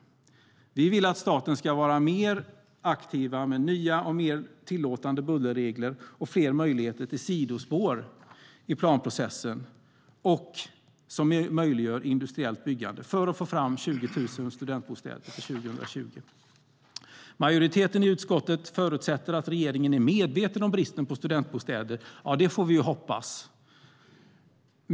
Vi vill att staten ska vara mer aktiv med nya och mer tillåtande bullerregler och fler möjligheter till sidospår i planprocessen som möjliggör industriellt byggande för att få fram 20 000 studentbostäder till 2020.Majoriteten i utskottet förutsätter att regeringen är medveten om bristen på studentbostäder. Ja, det får vi hoppas!